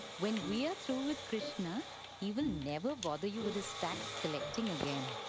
when we're through with krishna he will never bother you with his tax collecting again.